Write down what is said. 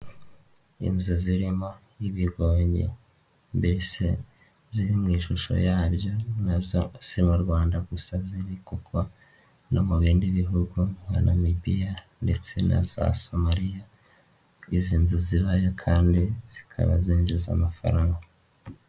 Inzu zirimo ibigonyi, mbese ziri mu ishusho yabyo, nazo si mu Rwanda gusa ziri kuko no mu bindi bihugu nka Namibia ndetse na za Somalia, izi nzu zibayo kandi zikaba zinjiza amafaranga.